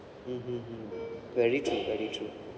mmhmm hmm very true very true